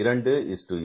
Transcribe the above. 4